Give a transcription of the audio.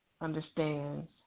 understands